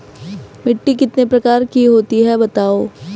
मिट्टी कितने प्रकार की होती हैं बताओ?